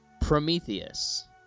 Prometheus